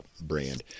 brand